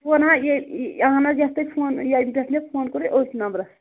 phone ہا یہِ اَہن حظ یَتھ تُہۍ فون ییٚتہِ پٮ۪ٹھ مےٚ فون کوٚرُے أتھۍ نمبرَس